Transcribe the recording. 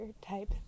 type